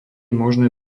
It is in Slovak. možné